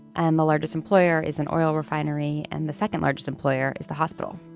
and the largest employer is an oil refinery and the second largest employer is the hospital